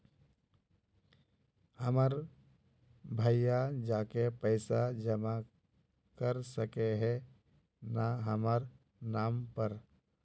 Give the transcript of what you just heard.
हमर भैया जाके पैसा जमा कर सके है न हमर नाम पर?